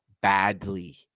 Badly